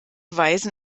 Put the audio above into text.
weisen